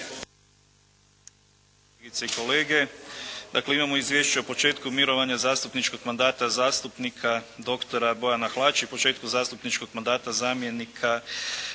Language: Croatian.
Dakle, imamo Izvješće o početku mirovanja zastupničkog mandata zastupnika dr. Bojana Hlače i početku zastupničkog mandata zamjenika